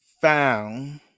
found